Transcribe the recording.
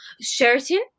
Sheraton